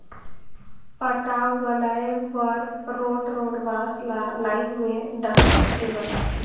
पटांव बनाए बर रोंठ रोंठ बांस ल लाइन में डसाए के बनाथे